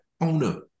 owner